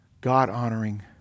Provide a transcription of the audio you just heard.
God-honoring